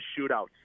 shootouts